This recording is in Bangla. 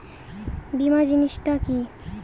বীমা জিনিস টা কি?